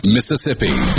Mississippi